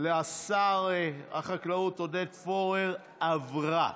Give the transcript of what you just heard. לשר החקלאות עודד פורר עברה.